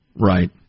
Right